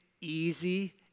easy